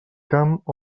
camp